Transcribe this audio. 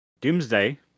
Doomsday